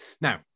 Now